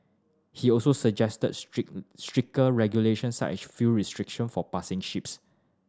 he also suggested strict stricter regulations such as fuel restriction for passing ships